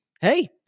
hey